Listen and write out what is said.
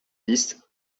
dix